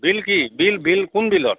বিল কি বিল বিল কোন বিলত